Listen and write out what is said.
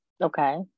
Okay